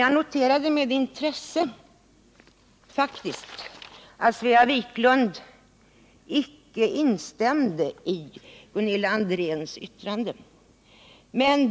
Jag noterade med intresse att Svea Wiklund icke instämde i Gunilla Andrés anförande.